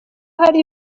hari